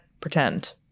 pretend